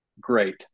great